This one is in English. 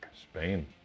Spain